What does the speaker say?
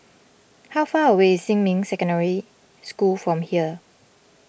how far away is Xinmin Secondary School from here